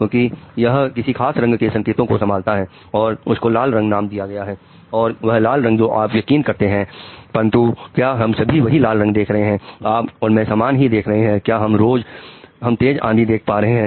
क्योंकि यह किसी खास रंग के संकेतों को संभालता है और उसको लाल रंग नाम दिया गया है और वह लाल रंग जो आप यकीन करते हैं परंतु क्या हम सभी वही लाल रंग देख रहे हैं आप और मैं समान ही देख रहे हैं क्या हम तेज आंधी देख पा रहे हैं